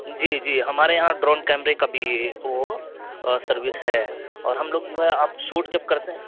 جی جی ہمارے یہاں ڈرون کیمرے کا بھی وہ سروس ہے اور ہم لوگ جو ہے اب شوٹ جب کرتے ہیں